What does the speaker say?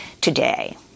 today